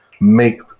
make